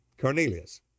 Cornelius